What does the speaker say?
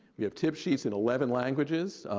we have tip sheets in eleven languages.